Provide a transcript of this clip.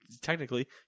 technically